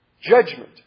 judgment